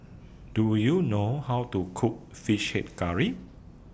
Do YOU know How to Cook Fish Head Curry